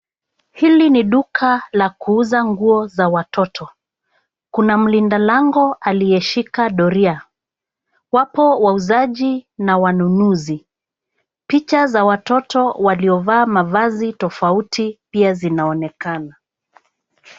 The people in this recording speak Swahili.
Hili ni duka la kuuza nguo za watoto. Kuna mlinda lango aliyeshika doria. Wapo wauzaji na wanunuzi. Picha za watoto waliovaa mavazi tofauti pia zinaonekana.